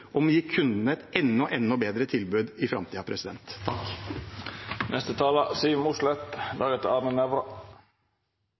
om å gi kundene et enda bedre tilbud i